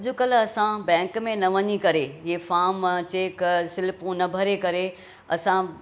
अॼुकल्ह असां बैंक में न वञी करे इहे फार्म चैक स्लिप उन भरे करे असां